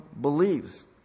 believes